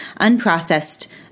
Unprocessed